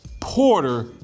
Porter